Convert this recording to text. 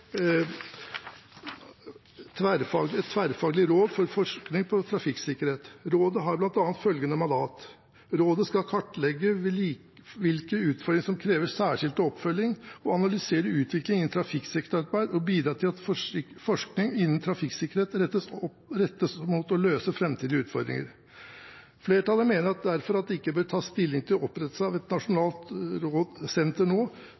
tverrfaglig råd for forskning på trafikksikkerhet. Rådet har bl.a. følgende mandat: Rådet skal kartlegge hvilke utfordringer som krever særskilt oppfølging, og analysere utviklingen innen trafikksikkerhetsarbeid og bidra til at forskning innen trafikksikkerhetsarbeid rettes mot å løse framtidige utfordringer. Komiteen mener derfor at det ikke bør tas stilling til opprettelse av et nasjonalt senter nå,